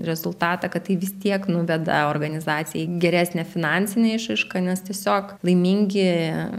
rezultatą kad tai vis tiek nuveda organizacijai geresne finansine išraiška nes tiesiog laimingi